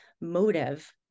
motive